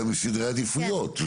זה גם סדרי עדיפויות.